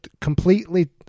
completely